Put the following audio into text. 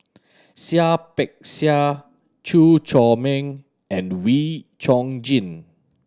Seah Peck Seah Chew Chor Meng and Wee Chong Jin